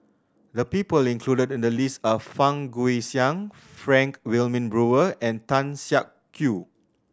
the people included in the list are Fang Guixiang Frank Wilmin Brewer and Tan Siak Kew